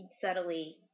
subtly